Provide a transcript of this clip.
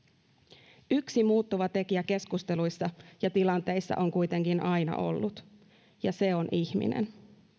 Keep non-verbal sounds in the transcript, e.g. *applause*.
*unintelligible* yksi muuttuva tekijä keskusteluissa ja tilanteissa on kuitenkin aina ollut ja se on ihminen